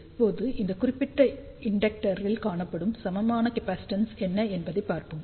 இப்போது இந்த குறிப்பிட்ட இண்டெக்டரில் காணப்படும் சமமான கேப்பாசிட்டன்ஸ் என்ன என்பதைப் பார்ப்போம்